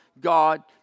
God